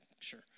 sure